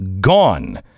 gone